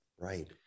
Right